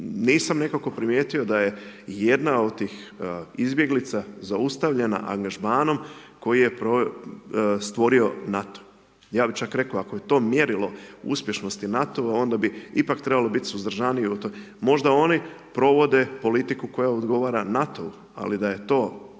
Nisam nekako primijetio da je ijedna od tih izbjeglica zaustavljena angažmanom koji je stvorio NATO. Ja bi čak rekao ako je to mjerilo uspješnosti NATO-a, onda bi ipak trebalo biti suzdržaniji u tome. Možda oni provode politiku koja odgovara NATO-u. Ali da je to